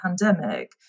pandemic